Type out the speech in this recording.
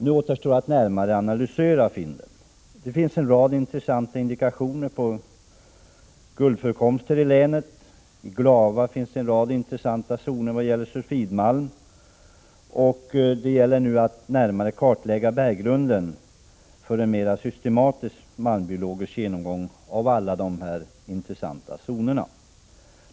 Nu återstår att närmare analysera fynden. Det finns intressanta indikationer på guldförekomster i länet. I Glava finns en rad intressanta zoner i vad gäller sulfidmalm. Det gäller nu att närmare kartlägga berggrunden för en mer systematisk malmbiologisk genomgång av alla de intressanta zonerna.